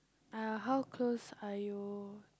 uh how close are you